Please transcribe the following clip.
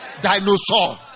Dinosaur